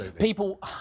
People